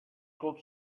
could